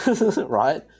right